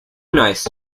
nice